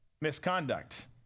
misconduct